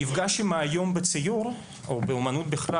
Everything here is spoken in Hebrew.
מפגש עם האיום בציור או באומנות בכלל,